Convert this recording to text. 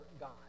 God